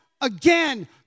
again